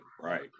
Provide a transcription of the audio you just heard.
right